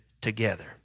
together